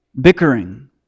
bickering